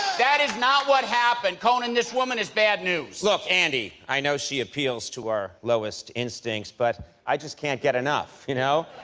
that is not what happened. conan, this woman is bad news. look, andy, i know she appeals to our lowest instincts, but i just can't get enough, ya you know?